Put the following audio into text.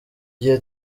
gihe